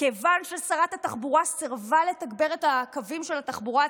כיוון ששרת התחבורה סירבה לתגבר את הקווים של התחבורה הציבורית,